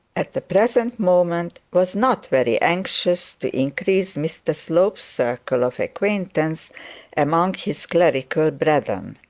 at the present moment was not very anxious to increase mr slope's circle of acquaintance among his clerical brethren.